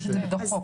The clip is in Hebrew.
יש את זה בתוך החוק.